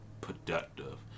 productive